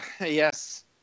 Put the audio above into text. Yes